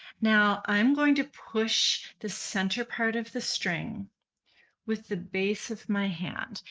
now i'm going to push the center part of the string with the base of my hand.